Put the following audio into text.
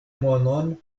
monon